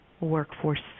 workforce